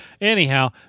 Anyhow